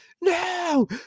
no